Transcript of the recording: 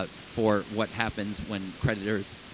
ah for what happens when creditors ah,